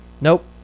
nope